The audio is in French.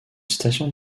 station